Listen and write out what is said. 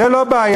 זו לא בעיה.